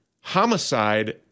homicide